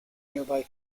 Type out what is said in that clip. nearby